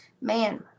Man